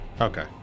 Okay